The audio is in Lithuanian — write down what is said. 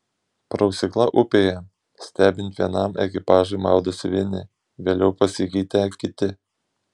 prausykla upėje stebint vienam ekipažui maudosi vieni vėliau pasikeitę kiti